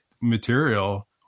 material